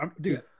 dude